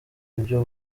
buryo